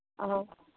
ᱚᱼᱚ